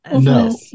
no